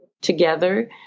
together